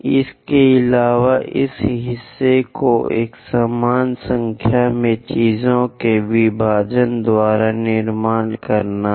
इसके अलावा इस हिस्से को एक समान संख्या में चीजों के विभाजन द्वारा निर्माण करना है